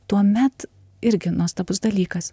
tuomet irgi nuostabus dalykas